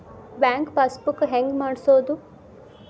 Bank passbook ಹೆಂಗ್ ಮಾಡ್ಸೋದು?